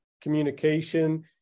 communication